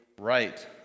right